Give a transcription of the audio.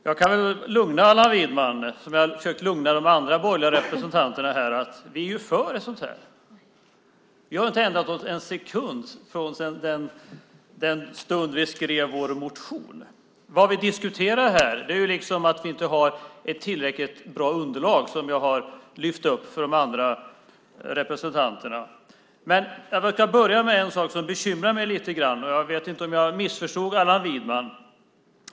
Fru talman! Jag kan lugna Allan Widman, precis som jag har försökt lugna de andra borgerliga representanterna. Vi är ju för ett sådant här. Vi har inte ändrat oss sedan den stund då vi skrev vår motion. Vad vi diskuterar är att vi inte har tillräckligt bra underlag, vilket jag har lyft upp för de andra representanterna. Jag ska börja med något som bekymrar mig lite. Jag vet inte om jag missförstod Allan Widman.